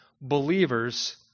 believers